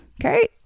okay